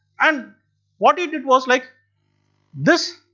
and what he did was like this,